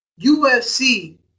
UFC